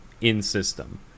in-system